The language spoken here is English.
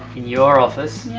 in your office?